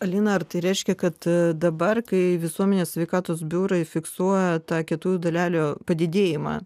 alina ar tai reiškia kad dabar kai visuomenės sveikatos biurai fiksuoja tą kietųjų dalelių padidėjimą